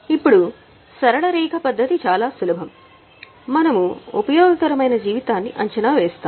ఇప్పుడు సరళ రేఖ పద్ధతి చాలా సులభం మనము ఉపయోగకరమైన జీవితాన్ని అంచనా వేస్తాము